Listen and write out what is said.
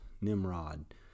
Nimrod